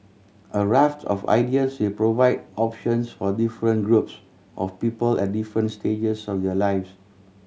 a raft of ideas will provide options for different groups of people at different stages of their lives